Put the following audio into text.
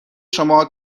شما